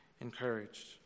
encouraged